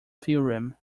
theorem